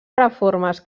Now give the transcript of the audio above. reformes